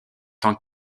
tant